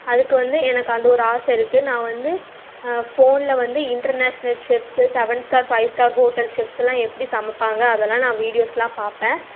அதுக்கு வந்து எனக்கு அந்த ஒரு ஆசை இருக்கு நான் வந்து ஃபோனில் வந்து international chefs seven star five star hotel chefs எல்லாம் எப்படி சமைப்பாங்க அதெல்லாம் நான் வீடியோஸ்லாம் பார்ப்பேன்